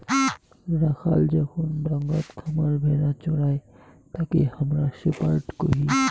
রাখাল যখন ডাঙাত খামার ভেড়া চোরাই তাকে হামরা শেপার্ড কহি